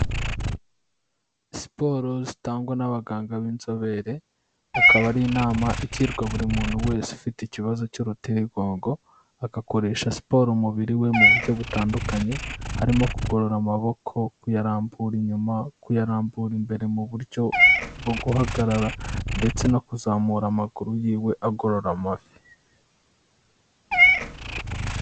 Siporo zitangwa n'abaganga b'inzobere, akaba ari inama igirwa buri muntu wese ufite ikibazo cy'urutirigongo, agakoresha siporo umubiri we mu buryo butandukanye, harimo kugorora amaboko, kuyarambura inyuma, kuyarambura imbere mu buryo bwo guhagarara ndetse no kuzamura amaguru yiwe agorora amavi.